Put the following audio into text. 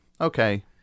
okay